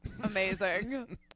Amazing